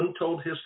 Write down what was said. untoldhistory